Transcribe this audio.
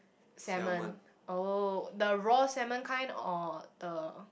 salmon oh the raw salmon kind or the